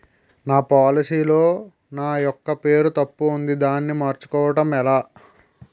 నా పోలసీ లో నా యెక్క పేరు తప్పు ఉంది దానిని మార్చు కోవటం ఎలా?